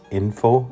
info